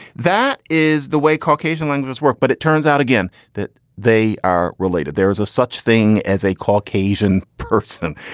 that is the way caucasian languages work. but it turns out again that they are related. there is a such thing as a caucasian. purchase them.